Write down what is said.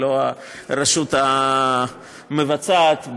לא הרשות המבצעת,